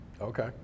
Okay